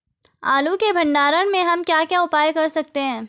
आलू के भंडारण में हम क्या क्या उपाय कर सकते हैं?